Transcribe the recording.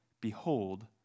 Behold